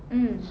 mm